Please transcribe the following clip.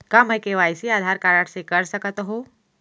का मैं KYC Aadhaar card से कर सकत हो?